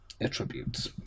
attributes